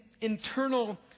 internal